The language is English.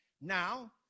now